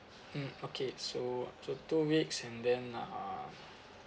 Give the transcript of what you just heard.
mm okay so so two weeks and then uh